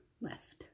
left